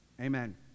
Amen